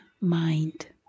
mind